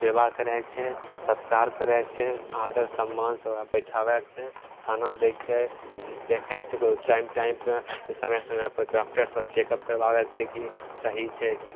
सेवा करैके छै सत्कार करैके छै आदर सम्मानसे ओकरा बैठाबैके छै खाना दैके छै देखैके छै ओकरा टाइम टाइमपर समय समयपर डॉकटरसे ओकरा चेक करबाबैके छै कि सही छै